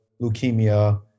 leukemia